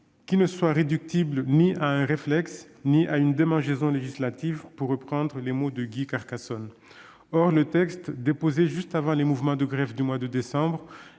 ...